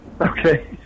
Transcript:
Okay